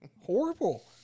Horrible